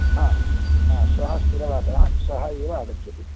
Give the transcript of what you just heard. हा हा श्वः स्थिरवासरः श्वः एव आगच्छतु